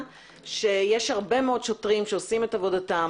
שיש הרבה מאוד שוטרים שעושים עבודתם,